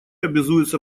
обязуется